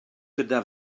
gyda